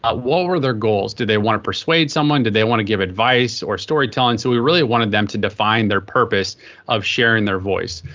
ah what were their goals? did they want to persuade someone? did they want to give advice or storytelling? so we really wanted them to define their purpose of sharing their voice.